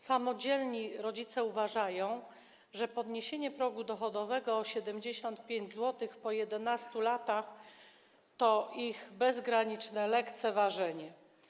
Samodzielni, samotni rodzice uważają, że podniesienie progu dochodowego o 75 zł po 11 latach to ich bezgraniczne lekceważenie.